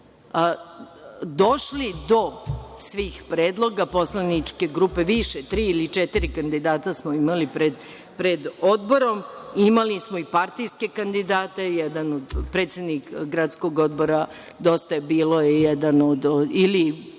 došli do svih predloga, poslaničke grupe, više, tri ili četiri kandidata smo imali pred odborom. Imali smo i partijske kandidate, jedan predsednik gradskog odbora Dosta je bilo, je jedan, ili